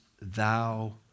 thou